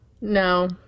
No